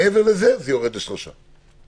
מעבר לזה, זה יורד לשלושה חודשים.